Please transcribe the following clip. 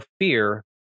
fear